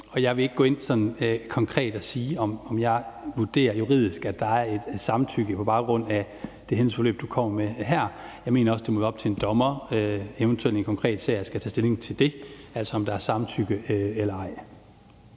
Jeg vil ikke sådan konkret gå ind og sige, om jeg vurderer juridisk, at der er et samtykke på baggrund af det hændelsesforløb, du kommer med her. Jeg mener også, det må være op til en dommer i en eventuel konkret sag at skulle tage stilling til det, altså om der er samtykke eller ej.